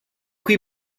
qui